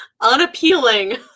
unappealing